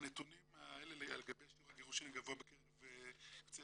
הנתונים האלה לגבי שיעור הגירושין הגבוה בקרב יוצאי